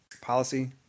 policy